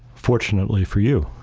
fortunately, for you.